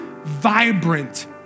vibrant